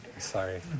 sorry